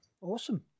Awesome